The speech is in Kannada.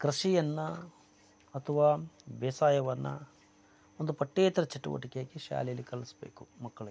ಕೃಷಿಯನ್ನು ಅಥವಾ ಬೇಸಾಯವನ್ನು ಒಂದು ಪಠ್ಯೇತರ ಚಟುವಟಿಕೆಯಾಗಿ ಶಾಲೆಯಲ್ಲಿ ಕಲಿಸಬೇಕು ಮಕ್ಕಳಿಗೆ